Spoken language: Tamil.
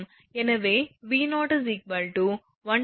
எனவே V0 124